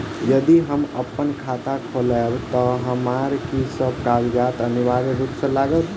यदि हम अप्पन खाता खोलेबै तऽ हमरा की सब कागजात अनिवार्य रूप सँ लागत?